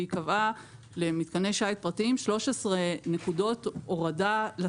והיא קבעה למתקני שיט פרטיים 13 נקודות הורדה.